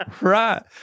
Right